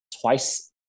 twice